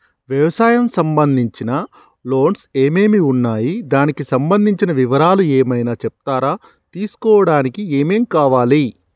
వ్యవసాయం సంబంధించిన లోన్స్ ఏమేమి ఉన్నాయి దానికి సంబంధించిన వివరాలు ఏమైనా చెప్తారా తీసుకోవడానికి ఏమేం కావాలి?